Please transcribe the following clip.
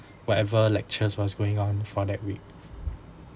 whatever lectures was going on for that week